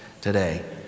today